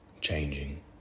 changing